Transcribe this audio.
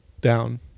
down